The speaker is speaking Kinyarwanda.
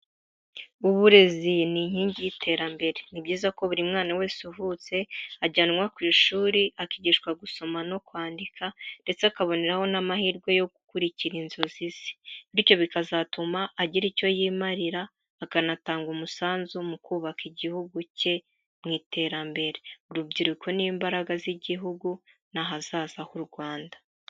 Uburezi ni inkingi y'iterambere. Ni byiza ko buri mwana wese uvutse ajyanwa ku ishuri, akigishwa gusoma no kwandika, ndetse akaboneraho n'amahirwe yo gukurikira inzozi ze, bityo bikazatuma agira icyo yimarira, akanatanga umusanzu mu kubaka igihugu cye mu iterambere. Urubyiruko ni imbaraga z'igihugu, ni ahazaza h'u Rwanda.